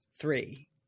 three